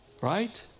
right